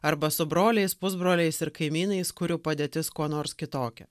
arba su broliais pusbroliais ir kaimynais kurių padėtis kuo nors kitokia